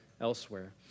elsewhere